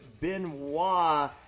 Benoit